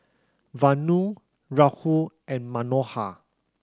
Vanu Rahul and Manohar